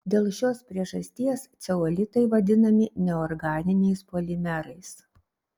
dėl šios priežasties ceolitai vadinami neorganiniais polimerais